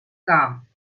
calm